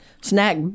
snack